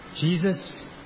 Jesus